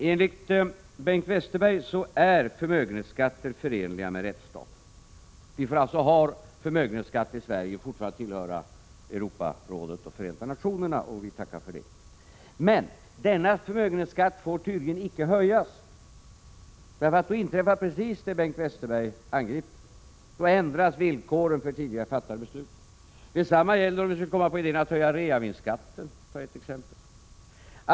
Enligt Bengt Westerberg är förmögenhetsskatter förenliga med rättsstaten. Vi får alltså ha förmögenhetsskatt i Sverige och fortfarande tillhöra Europarådet och Förenta Nationerna, och det tackar vi för. Men denna förmögenhetsskatt får tydligen inte höjas, för då inträffar precis det som Bengt Westerberg angriper, nämligen att villkoren ändras för tidigare fattade beslut. Detsamma gäller om vi skulle komma på idén att höja reavinstskatten, för att ta ett annat exempel.